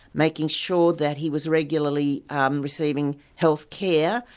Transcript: making sure that he was regularly um receiving health care,